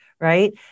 right